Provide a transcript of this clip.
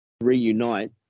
reunite